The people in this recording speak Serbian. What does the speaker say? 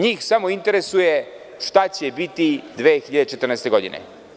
Njih samo interesuje šta će biti 2014. godine?